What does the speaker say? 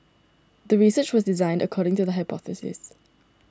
the research was designed according to the hypothesis